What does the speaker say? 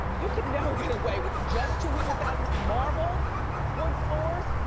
you can never get away with just two hundred thousand marble wood floors.